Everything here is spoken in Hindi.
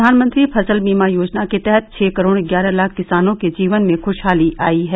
प्रधानमंत्री फसल बीमा योजना के तहत छह करोड़ ग्यारह लाख किसानों के जीवन में खुशहाली आई है